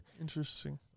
Interesting